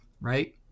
right